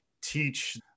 teach